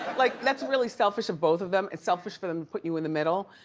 like that's really selfish of both of them. it's selfish for them to put you in the middle,